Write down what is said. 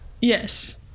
Yes